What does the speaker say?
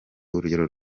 urugero